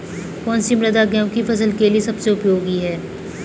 कौन सी मृदा गेहूँ की फसल के लिए सबसे उपयोगी है?